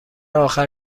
آخر